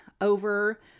over